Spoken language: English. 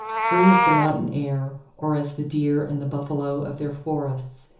free as the mountain air or as the deer and the buffalo of their forests,